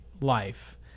life